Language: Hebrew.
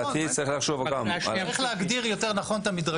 לא, אתם ביקשתם למחוק.